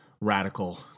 radical